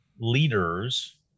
leaders